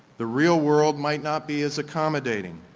the real world might not be as accommodating,